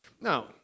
Now